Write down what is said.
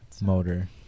motor